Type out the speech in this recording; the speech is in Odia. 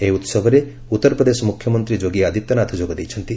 ଏହି ଉସବରେ ଉତ୍ତରପ୍ରଦେଶ ମୁଖ୍ୟମନ୍ତ୍ରୀ ଯୋଗୀ ଆଦିତ୍ୟନାଥ ଯୋଗ ଦେଇଛନ୍ତି